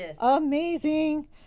Amazing